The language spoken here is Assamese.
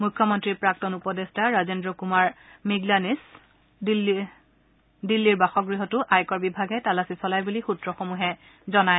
মুখ্যমন্ত্ৰীৰ প্ৰাক্তন উপদেষ্টা ৰাজেন্দ্ৰ কুমাৰ মিগলানীচ দিল্লীৰ বাসগৃহটো আয়কৰ বিভাগে তালাচী চলাই বুলি সূত্ৰসমূহে দাবী কৰিছে